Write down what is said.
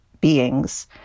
beings